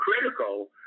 critical